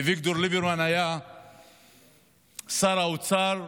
ואביגדור ליברמן היה שר האוצר,